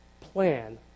plan